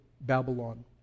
Babylon